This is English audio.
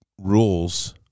rules